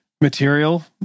material